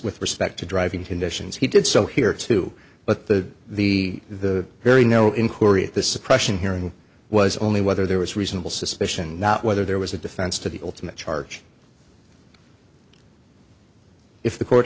with respect to driving conditions he did so here too but the the the very no inquiry at the suppression hearing was only whether there was reasonable suspicion not whether there was a defense to the ultimate charge if the court